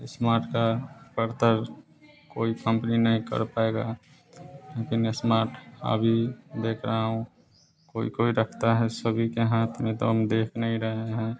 smart card पड़ता है कोई कम्पनी नहीं कर पाएगा बिना स्मार्ट का भी देख रहा हूँ कोई कोई रखता है सभी के हाथ में तो देख नहीं रहे हैं